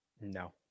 No